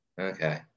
Okay